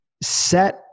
set